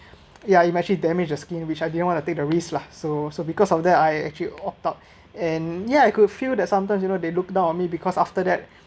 ya imagine damage the skin which I didn't want to take the risk lah so so because of that I actually opt out and ya I could feel that sometimes you know they look down on me because after that